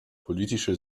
politische